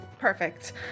Perfect